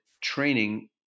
training